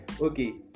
okay